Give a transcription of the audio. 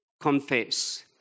confess